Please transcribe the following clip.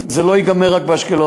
וזה לא ייגמר רק באשקלון,